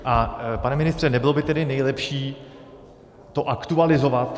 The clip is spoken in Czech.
A pane ministře, nebylo by tedy nejlepší to aktualizovat?